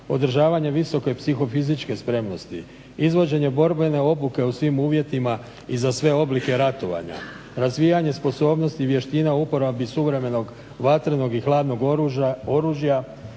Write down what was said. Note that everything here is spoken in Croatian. održavanje visoke psihofizičke spremnosti, izvođenje borbene obuke u svim uvjetima i za sve oblike ratovanja, razvijanje sposobnosti i vještina u uporabi suvremenog vatrenog i hladnog oružja